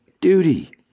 duty